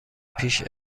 پیش